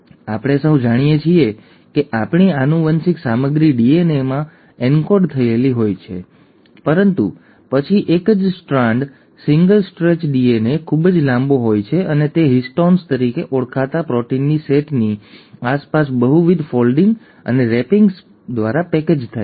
અને આપણે સૌ જાણીએ છીએ કે આપણી આનુવંશિક સામગ્રી ડીએનએમાં એન્કોડ થયેલી હોય છે પરંતુ પછી એક જ સ્ટ્રાન્ડ સિંગલ સ્ટ્રેચ ડીએનએ ખૂબ જ લાંબો હોય છે અને તે હિસ્ટોન્સ તરીકે ઓળખાતા પ્રોટીનના સેટની આસપાસ બહુવિધ ફોલ્ડિંગ અને રેપિંગ્સ દ્વારા પેકેજ થાય છે